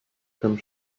come